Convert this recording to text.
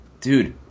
dude